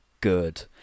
good